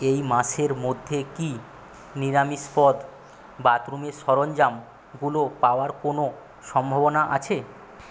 এই মাসের মধ্যে কি নিরামিষ পদ বাথরুমের সরঞ্জামগুলো পাওয়ার কোনো সম্ভাবনা আছে